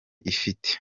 ifite